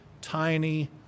tiny